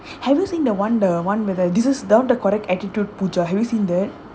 have you seen the [one] the [one] with the this is not the correct attitude pooja have you seen that